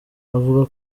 avuga